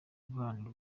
guharanira